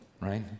right